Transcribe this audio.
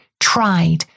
Tried